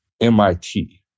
MIT